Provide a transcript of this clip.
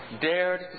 dared